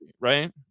Right